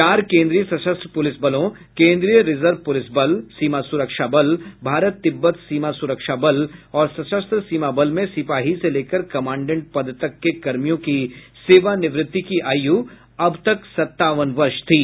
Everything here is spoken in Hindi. चार केन्द्रीय सशस्त्र पुलिस बलों केन्द्रीय रिजर्व पुलिस बल सीमा सुरक्षा बल भारत तिब्बत सीमा सुरक्षा बल और सशस्त्र सीमा बल में सिपाही से लेकर कमांडेंट पद तक के कर्मियों की सेवानिवृत्ति की आयु अब तक सत्तावन वर्ष थी